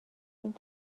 این